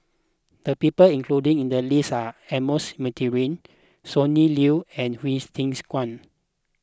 the people included in the list are Ernest Monteiro Sonny Liew and Hsu Tse Kwang